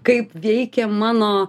kaip veikia mano